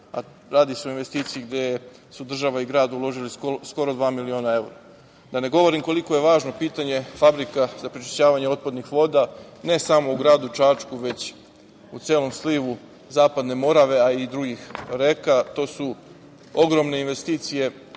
a radi se o investiciji gde su država i grad uložili skoro dva miliona evra. Da ne govorim koliko je važno pitanje Fabrika za prečišćavanje otpadnih voda ne samo u gradu Čačku, već u celom slivu Zapadne Morave, a i drugih reka. To su ogromne investicije,